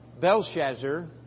Belshazzar